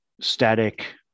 static